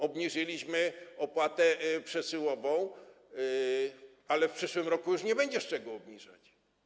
Obniżyliśmy opłatę przesyłową, ale w przyszłym roku już nie będzie z czego obniżać.